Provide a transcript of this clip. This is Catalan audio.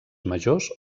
majors